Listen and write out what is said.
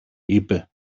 είπε